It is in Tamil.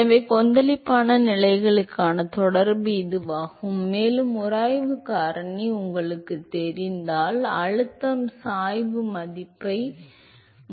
எனவே கொந்தளிப்பான நிலைகளுக்கான தொடர்பு இதுவாகும் மேலும் உராய்வு காரணி உங்களுக்குத் தெரிந்தால் அழுத்தம் சாய்வை மதிப்பிட முடியும்